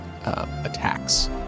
attacks